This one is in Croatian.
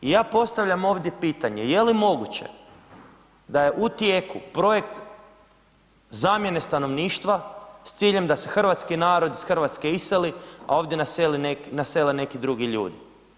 I ja postavljam ovdje pitanje, je li moguće da je u tijeku projekt zamjene zamijene stanovništva s ciljem da se hrvatski narod iz Hrvatske iseli, a ovdje nasele neki drugi ljudi?